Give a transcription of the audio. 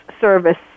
service